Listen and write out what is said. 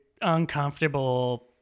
uncomfortable